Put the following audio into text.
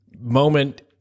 moment